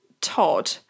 Todd